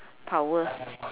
power